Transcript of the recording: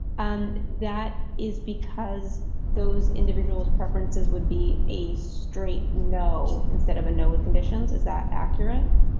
um that is because those individuals preferences would be a straight. no instead of a know with conditions is that accurate?